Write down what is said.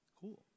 Cool